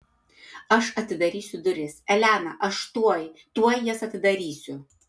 aš atidarysiu duris elena aš tuoj tuoj jas atidarysiu